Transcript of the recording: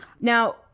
Now